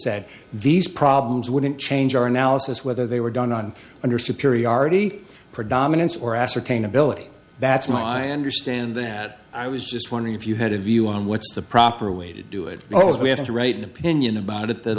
said these problems wouldn't change our analysis whether they were done on under superiority predominance or ascertain ability that's what i understand that i was just wondering if you had a view on what's the proper way to do it because we have to write an opinion about it that